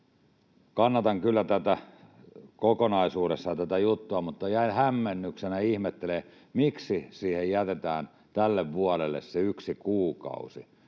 kannatan kyllä kokonaisuudessaan tätä juttua, mutta jäin hämmennyksellä ihmettelemään, miksi siihen jätetään tälle vuodelle se yksi kuukausi,